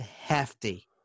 hefty